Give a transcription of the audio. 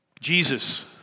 Jesus